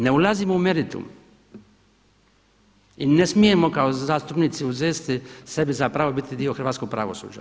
Ne ulazimo u meritum i ne smijemo kao zastupnici uzeti sebi za pravo biti dio hrvatskog pravosuđa.